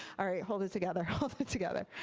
alright hold it together, hold it together.